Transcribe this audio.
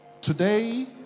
Today